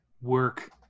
work